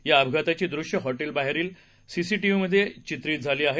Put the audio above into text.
या अपघाताची दृष्य हॉटेल बाहेरील सीसीटीव्ही मध्ये चित्रित झाली आहेत